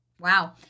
Wow